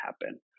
happen